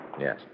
Yes